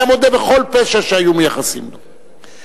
היה מודה בכל פשע שהיו מייחסים לו.